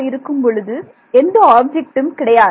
இருக்கும் பொழுது எந்த ஆப்ஜெக்ட்டும் கிடையாது